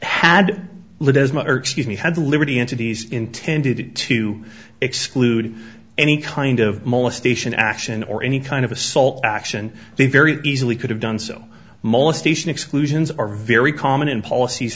my excuse me had the liberty entities intended to exclude any kind of molestation action or any kind of assault action they very easily could have done so molestation exclusions are very common in policies